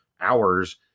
hours